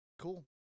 cool